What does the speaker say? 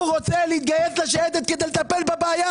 רוצה להתגייס לשייטת כדי לטפל בבעיה,